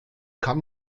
kann